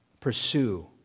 Pursue